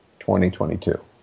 2022